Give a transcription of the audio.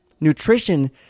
Nutrition